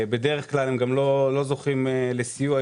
בדרך כלל לא זוכים לסיוע.